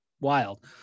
wild